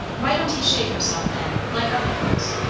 why don't he shave himself then, like other folks?